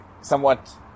somewhat